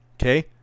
Okay